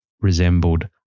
resembled